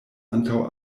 antaŭ